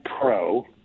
Pro